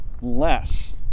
less